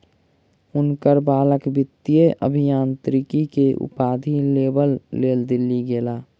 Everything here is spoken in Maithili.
हुनकर बालक वित्तीय अभियांत्रिकी के उपाधि लेबक लेल दिल्ली गेला